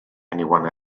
anyone